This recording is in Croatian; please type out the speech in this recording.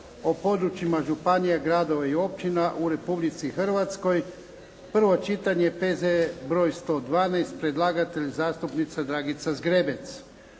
o područjima županija, gradova i općina u Republici Hrvatskoj, prvo čitanje, P.Z. br. 112 Predlagatelj je zastupnica Dragica Zgrebec.